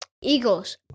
Eagles